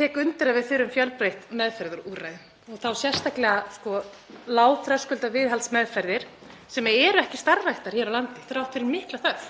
tek undir að við þurfum fjölbreytt meðferðarúrræði og þá sérstaklega lágþröskuldaviðhaldsmeðferðir sem eru ekki starfræktar hér á landi þrátt fyrir mikla þörf.